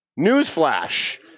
Newsflash